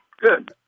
Good